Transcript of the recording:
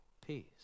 Peace